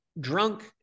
drunk